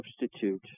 substitute